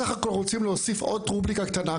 בסך הכול רוצים להוסיף עוד רובריקה קטנה,